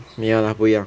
没有 lah 不一样